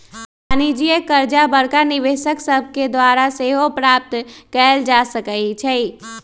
वाणिज्यिक करजा बड़का निवेशक सभके द्वारा सेहो प्राप्त कयल जा सकै छइ